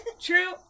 true